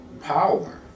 power